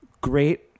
great